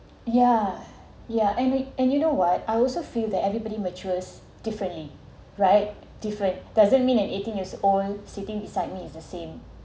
yeah yeah and yu~ and you know what I also feel that everybody matures differently right different doesn't mean and eighteen years old sitting beside me is the same